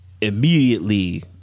Immediately